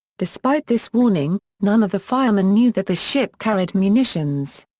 despite this warning, none of the firemen knew that the ship carried munitions.